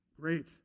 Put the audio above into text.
Great